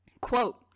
Quote